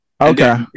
Okay